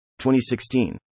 2016